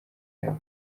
yabo